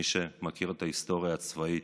למי שמכיר את ההיסטוריה הצבאית.